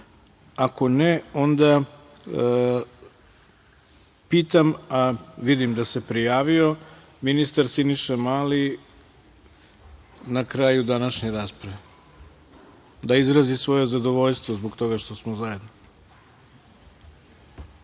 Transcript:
reč? Ako ne, onda pitam, a vidim da se prijavio ministar Siniša Mali na kraju današnje rasprave, da izrazi svoje zadovoljstvo zbog toga što smo zajedno.